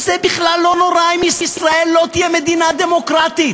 זה בכלל לא נורא אם ישראל לא תהיה מדינה דמוקרטית.